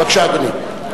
בבקשה, אדוני.